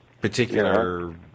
particular